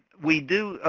we do.